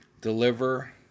deliver